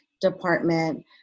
department